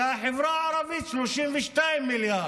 והחברה הערבית, 32 מיליארד.